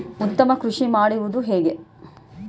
ಉತ್ತಮ ಕೃಷಿ ಮಾಡುವುದು ಹೇಗೆ?